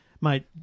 mate